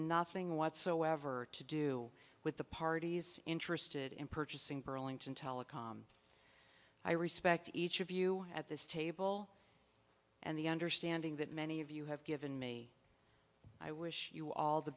nothing whatsoever to do with the parties interested in purchasing burlington telecom i respect each of you at this table and the understanding that many of you have given me i wish you all the